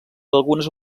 algunes